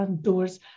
doors